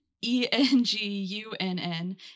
E-N-G-U-N-N